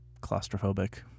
claustrophobic